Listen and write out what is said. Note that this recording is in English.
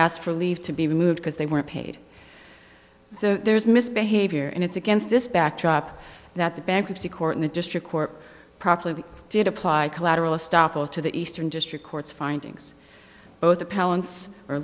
asked for leave to be removed because they were paid so there's misbehavior and it's against this backdrop that the bankruptcy court in the district court probably did apply collateral estoppel to the eastern district court's findings both appellants are